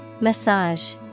Massage